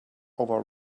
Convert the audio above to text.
over